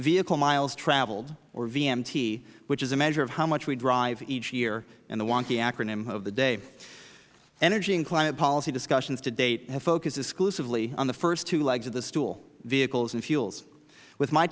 vehicle miles traveled or vmt which is a measure of how much we drive each year and the wacky acronym of the day energy and climate policy discussions to date have focused exclusively on the first two legs of the stool vehicles and fuels with my